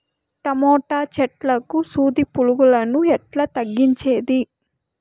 Tomato చెట్లకు సూది పులుగులను ఎట్లా తగ్గించేది?